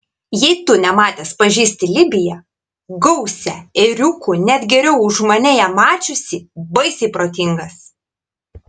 jei tu nematęs pažįsti libiją gausią ėriukų net geriau už mane ją mačiusį baisiai protingas